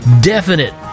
definite